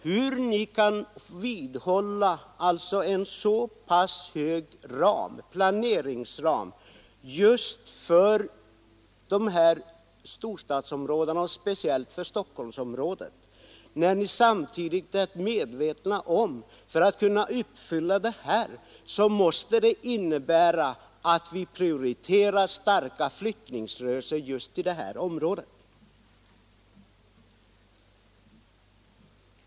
Hur kan ni vidhålla en så pass hög planeringsram just för storstadsområdena, och speciellt för Stockholmsområdet, när ni samtidigt är medvetna om att vi för att kunna uppfylla planeringsmålet måste prioritera starka flyttningsrörelser just till de områdena?